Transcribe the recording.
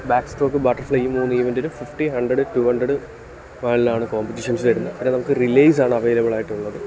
back stroke butterfly ഈ മൂന്ന് ഇവൻറ്റിനും ഫിഫ്റ്റി ഹൺഡ്രഡ് ടു ഹൺഡ്രഡ് മുകളിലാണ് കോമ്പറ്റീഷൻസ് വരുന്ന അത് നമുക്കൊരു റിലേയ്സ് ആണ് അവൈലബിളായിട്ടുള്ളത്